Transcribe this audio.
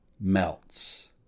melts